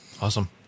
Awesome